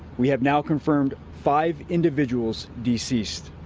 we have now confirmed five individuals deceased.